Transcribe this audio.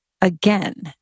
again